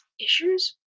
issues